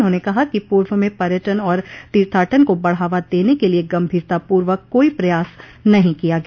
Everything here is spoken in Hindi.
उन्होंने कहा कि पूर्व में पर्यटन और तीर्थाटन को बढ़ावा देने के लिये गंभीरता पूर्वक कोई प्रयास नहीं किया गया